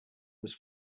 was